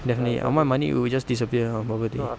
definitely ah my money you will just disappear on poverty